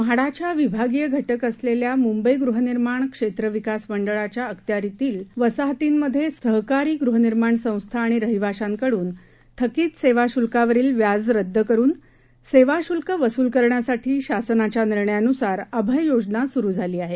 म्हाडाच्या विभागीय घटक असलेल्या मुंबई गृहनिर्माण क्षेत्रविकास मंडळाच्या अखत्यारीतील वसाहतींमधील सहकारी गृहनिर्माण संस्था आणि रहिवाशांकडून थकीत सेवा शुल्कावरील व्याज रद्द करून सेवा शुल्क वसूल करण्यासाठी शासनाच्या निर्णयानुसार अभय योजना सुरु केली आहे